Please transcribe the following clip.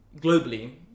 globally